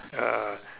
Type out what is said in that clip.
ya